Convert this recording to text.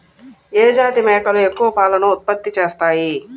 ఏ జాతి మేకలు ఎక్కువ పాలను ఉత్పత్తి చేస్తాయి?